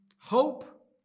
hope